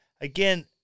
Again